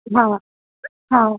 हा हा